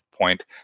Point